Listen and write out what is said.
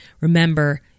remember